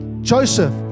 Joseph